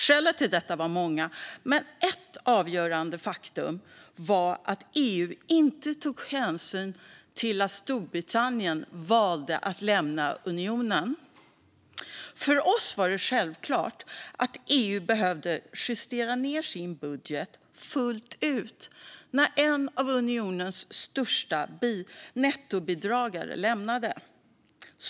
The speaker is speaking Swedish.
Skälen till detta var många, men ett avgörande faktum var att EU inte tog hänsyn till att Storbritannien valde att lämna unionen. För oss var det självklart att EU behövde justera ned sin budget fullt ut när en av unionens största nettobidragare lämnade EU.